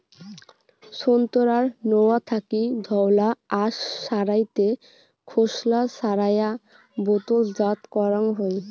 সোন্তোরার নোয়া থাকি ধওলা আশ সারাইতে খোসলা ছারেয়া বোতলজাত করাং হই